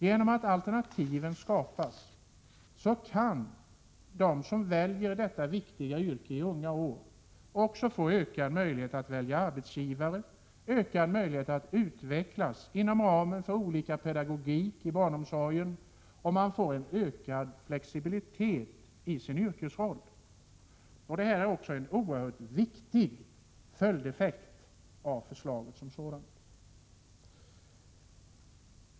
Genom att det skapas alternativ kan de som i unga år väljer detta viktiga yrke få ökade möjligheter att välja arbetsgivare och ökade möjligheter att utvecklas när det gäller olika slags pedagogik inom barnomsorgen. Man får därigenom en ökad flexibilitet i sin yrkesroll. Detta är en oerhört viktig följdeffekt av förslaget som sådant.